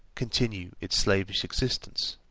continue its slavish existence.